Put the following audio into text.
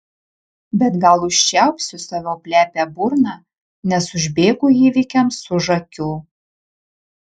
bet gal užčiaupsiu savo plepią burną nes užbėgu įvykiams už akių